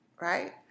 right